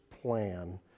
plan